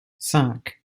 cinq